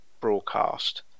broadcast